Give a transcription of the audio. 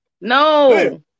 No